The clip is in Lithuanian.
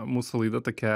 mūsų laida tokia